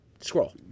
Scroll